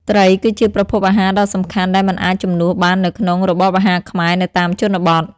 ត្រីគឺជាប្រភពអាហារដ៏សំខាន់ដែលមិនអាចជំនួសបាននៅក្នុង របបអាហារខ្មែរ នៅតាមជនបទ។